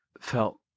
felt